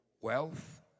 wealth